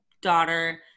daughter